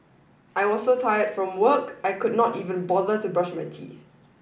I was so tired from work I could not even bother to brush my teeth